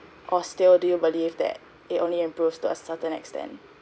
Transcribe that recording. or still do you believe that it only improves to a certain extent